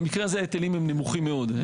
במקרה הזה ההיטלים הם נמוכים מאוד.